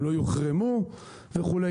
הם לא יוחרמו וכדומה.